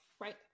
Right